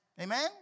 Amen